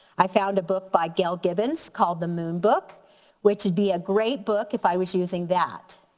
i found a book by gail gibbons called the moon book which would be a great book if i was using that.